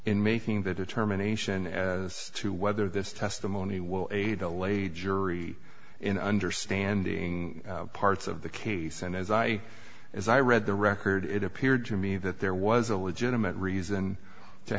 in making the determination as to whether this testimony will aid the lay jury in understanding parts of the case and as i as i read the record it appeared to me that there was a legitimate reason to